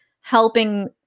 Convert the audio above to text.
helping